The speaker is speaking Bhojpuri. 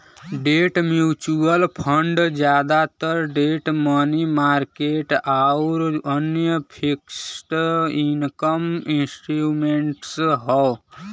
डेट म्यूचुअल फंड जादातर डेट मनी मार्केट आउर अन्य फिक्स्ड इनकम इंस्ट्रूमेंट्स हौ